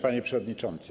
Panie Przewodniczący!